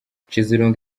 nshizirungu